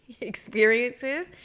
experiences